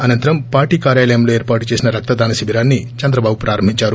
అనంతరం పార్టీ కార్యాలయంలో ఏర్పాటు చేసిన రక్తదాన శిబిరాన్ని చంద్రబాబు ప్రారంభించారు